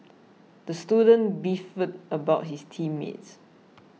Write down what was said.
the student beefed about his team mates